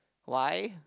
why